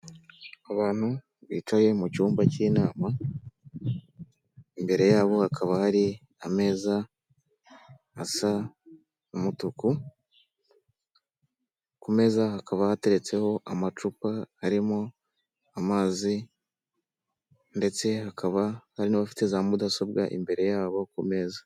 Abantu bicaye mu cyumba cy'inama, imbere yabo hakaba hari ameza asa umutuku, ku meza hakaba hateretseho amacupa arimo amazi ndetse hakaba hari n'abafite za mudasobwa imbere yabo ku meza.